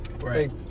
Right